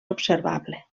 observable